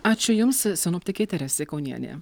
ačiū jums sinoptikė teresė kaunienė